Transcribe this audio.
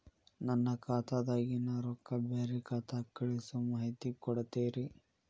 ನನ್ನ ಖಾತಾದಾಗಿನ ರೊಕ್ಕ ಬ್ಯಾರೆ ಖಾತಾಕ್ಕ ಕಳಿಸು ಮಾಹಿತಿ ಕೊಡತೇರಿ?